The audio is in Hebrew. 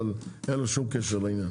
אבל אין לו שום קשר לעניין.